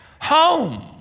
home